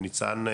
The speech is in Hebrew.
וניצן,